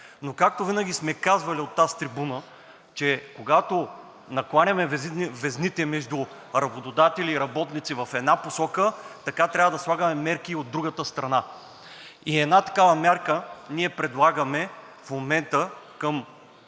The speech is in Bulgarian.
Но както винаги сме казвали от тази трибуна, че както накланяме везните между работодатели и работници в една посока, така трябва да слагаме мерки и от другата страна. Една такава мярка в момента ние